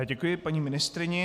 Děkuji paní ministryni.